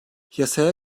yasaya